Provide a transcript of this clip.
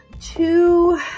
two